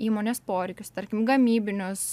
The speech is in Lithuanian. įmonės poreikius tarkim gamybinius